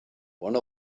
one